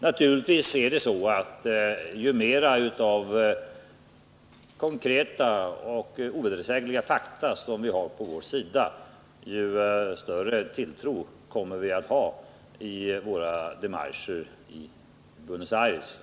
Ju fler konkreta och ovedersägliga fakta som vi har, desto större tilltro kommer vi naturligtvis att vinna vid våra demarscher i Buenos Aires.